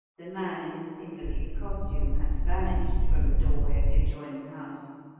the man in the cingalese costume had vanished from the doorway of the adjoining house,